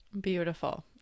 Beautiful